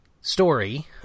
story